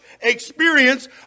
experience